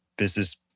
Business